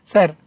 Sir